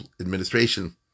administration